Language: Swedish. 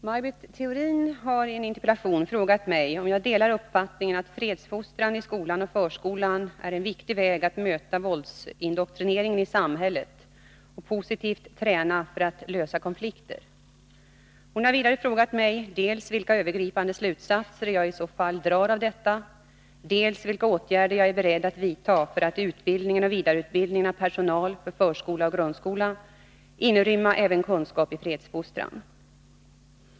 Herr talman! Maj Britt Theorin har i en interpellation frågat mig om jag delar uppfattningen att fredsfostran i skola och förskola är en viktig väg att möta våldsindoktrineringen i samhället och positivt träna för att lösa konflikter. Hon har vidare frågat mig dels vilka övergripande slutsatser jag i så fall drar av detta, dels vilka åtgärder jag är beredd att vidta för att i utbildningen och vidareutbildningen av personal för förskolan och grundskolan inrymma även kunskap i fredsfostran.